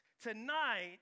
tonight